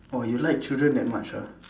oh you like children that much ah